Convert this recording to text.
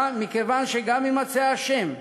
מכיוון שגם אם יימצא אשם,